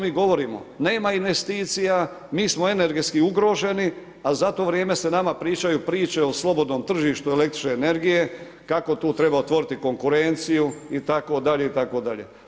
Nema investicija, mi smo energetski ugroženi, a za to vrijeme se nama pričaju priče o slobodnom tržištu električne energije, kako tu treba otvoriti konkurenciju itd., itd.